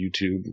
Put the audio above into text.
YouTube